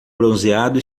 bronzeado